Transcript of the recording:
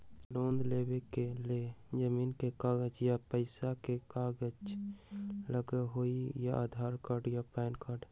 Loan लेवेके लेल जमीन के कागज या पेशा के कागज लगहई या आधार कार्ड या पेन कार्ड?